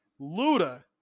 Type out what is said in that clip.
Luda